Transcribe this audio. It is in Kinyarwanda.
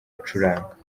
acuranga